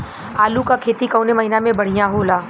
आलू क खेती कवने महीना में बढ़ियां होला?